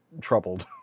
Troubled